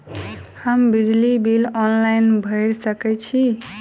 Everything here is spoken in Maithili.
हम बिजली बिल ऑनलाइन भैर सकै छी?